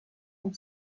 amb